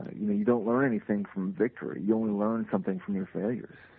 you know, you don't learn anything from victory you'll learn something from your failures.